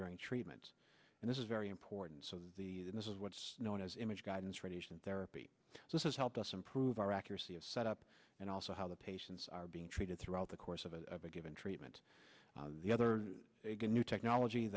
during treatment and this is very important so this is what's known as image guidance radiation therapy so this is help us improve our accuracy of set up and also how the patients are being treated throughout the course of a given treatment the other new technology